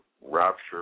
Rapture